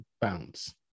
bounce